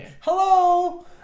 Hello